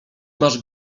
masz